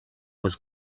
was